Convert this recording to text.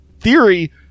theory